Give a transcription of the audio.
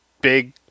big